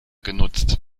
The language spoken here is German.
genutzt